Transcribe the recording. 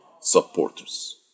Supporters